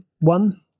One